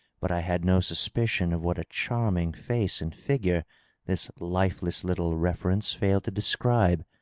but i had no suspicion of what a charm ing face and figure this lifeless little reference failed to describe.